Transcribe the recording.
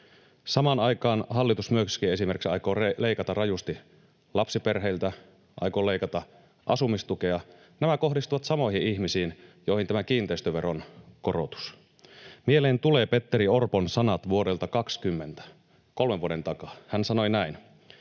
Samaan aikaan hallitus myöskin esimerkiksi aikoo leikata rajusti lapsiperheiltä, aikoo leikata asumistukea. Nämä kohdistuvat samoihin ihmisiin, joihin tämä kiinteistöveron korotus. Mieleen tulee Petteri Orpon sanat vuodelta 20, kolmen vuoden takaa. Hän sanoi näin: